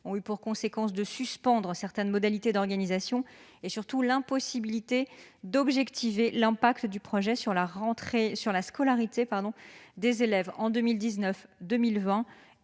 ont eu pour conséquence la suspension de certaines modalités d'organisation et l'impossibilité d'objectiver les effets du projet sur la scolarité des élèves en 2019-2020